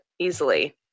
Easily